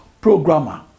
programmer